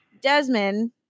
Desmond